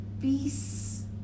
peace